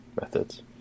methods